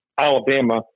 Alabama